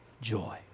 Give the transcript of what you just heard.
joy